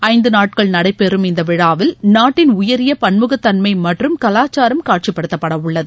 ஐந்து நாட்கள் நடைபெறும் இந்த விழாவில் நாட்டின் உயரிய பன்முகத்தன்மை மற்றும் கலாச்சாரம் காட்சிப்படுத்தப்படவுள்ளது